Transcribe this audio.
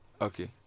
okay